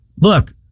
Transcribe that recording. Look